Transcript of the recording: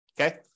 Okay